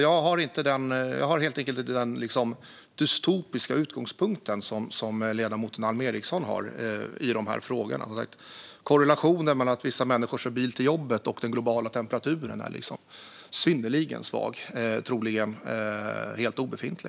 Jag har helt enkelt inte den dystopiska utgångspunkt som ledamoten Alm Ericson har i dessa frågor. Som sagt, korrelationen mellan att vissa människor kör bil till jobbet och den globala temperaturen är synnerligen svag, troligen helt obefintlig.